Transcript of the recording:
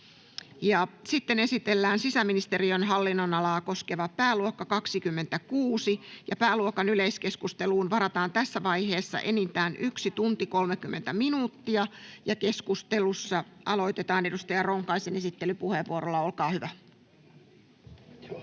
Content: Esitellään valtiovarainministeriön hallinnonalaa koskeva pääluokka 28. Pääluokan yleiskeskusteluun varataan tässä vaiheessa enintään yksi tunti ja 30 minuuttia. — Keskustelu, edustaja Reijonen, olkaa hyvä. [Speech